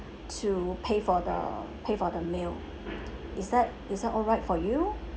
to pay for the pay for the meal is that is that alright for you